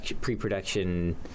pre-production